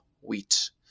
wheat